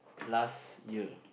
last year